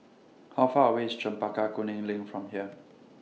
How Far away IS Chempaka Kuning LINK from here